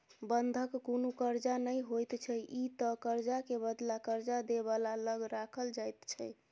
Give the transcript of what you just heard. बंधक कुनु कर्जा नै होइत छै ई त कर्जा के बदला कर्जा दे बला लग राखल जाइत छै